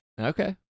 okay